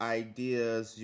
ideas